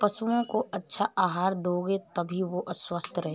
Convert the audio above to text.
पशुओं को अच्छा आहार दोगे तभी वो स्वस्थ रहेंगे